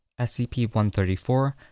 SCP-134